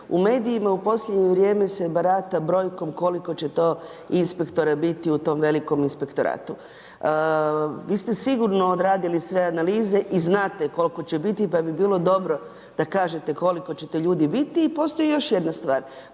U medijima u posljednje vrijeme se barata brojkom koliko to će biti inspektora biti u tom velikom inspektoratu. Vi ste sigurno odradili sve analize i znate koliko će biti, pa bi bilo dobro da kažete koliko ćete ljudi biti. I postoji još jedna stvar,